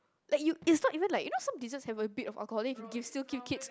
like you it's not even like you know some desserts have a bit of alcoholic if you still give kids